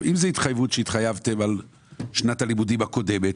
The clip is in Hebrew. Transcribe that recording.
אם זה התחייבות שהתחייבתם על שנת הלימודים הקודמת